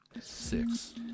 Six